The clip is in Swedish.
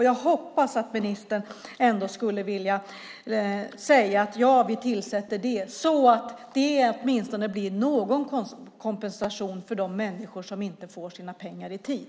Jag hoppas att ministern ändå skulle vilja säga att en utredning ska tillsättas så att det blir åtminstone någon kompensation för de människor som inte får sina pengar i tid.